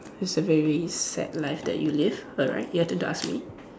it's a very sad life that you live alright your turn to ask me